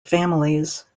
families